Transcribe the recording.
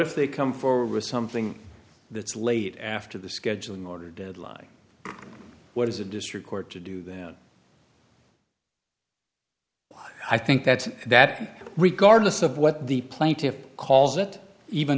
if they come for something that's late after the scheduling order deadline what is a district court to do that i think that's that regardless of what the plaintiffs calls it even